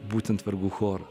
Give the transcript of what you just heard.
būtent vergų chorą